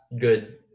good